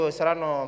saranno